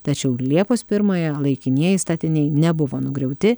tačiau liepos pirmąją laikinieji statiniai nebuvo nugriauti